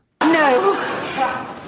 No